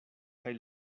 kaj